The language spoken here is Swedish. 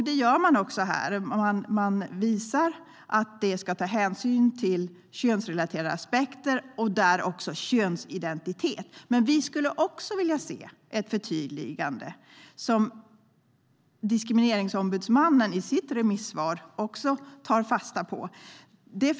Det gör man i förslaget, där det finns en bestämmelse om att man ska ta hänsyn till könsrelaterade aspekter, inbegripet könsidentitet. Vi skulle dock vilja se ett förtydligande. Diskrimineringsombudsmannen, DO, har i sitt remissvar ett förslag som vi vill ta fasta på.